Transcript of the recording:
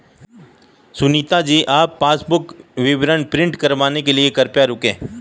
सुनीता जी आप पासबुक विवरण प्रिंट कराने के लिए कृपया रुकें